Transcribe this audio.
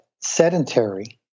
sedentary